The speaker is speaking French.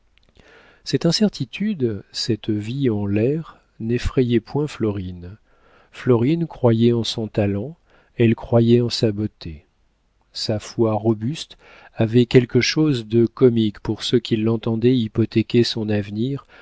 cette incertitude cette vie en l'air n'effrayaient point florine florine croyait en son talent elle croyait en sa beauté sa foi robuste avait quelque chose de comique pour ceux qui l'entendaient hypothéquer son avenir